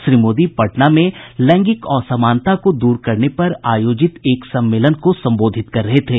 श्री मोदी पटना में लैगिंक असमानता को दूर करने पर आयोजित एक सम्मेलन को संबोधित कर रहे थे